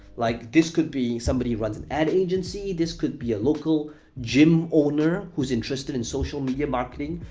like, this could be somebody runs an ad agency. this could be a local gym owner who's interested in social media marketing.